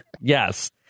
Yes